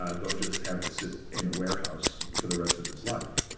um don't just have it sit in a warehouse for the rest of its life.